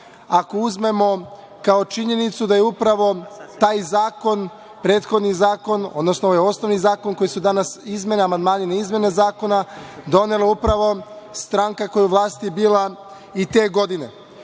ako uzmemo kao činjenicu da je upravo taj zakon, prethodni zakon, odnosno ovaj osnovni zakon, koji su danas amandmani na izmene zakona, donela upravo stranka koja je u vlasti bila i te godine. Ostaje,